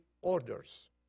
orders